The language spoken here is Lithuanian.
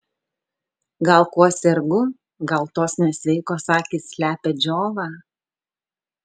gal kuo sergu gal tos nesveikos akys slepia džiovą